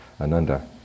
Ananda